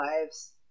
lives